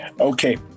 Okay